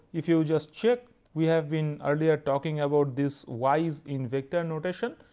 if you just check, we have been earlier talking about this y's in vector notation,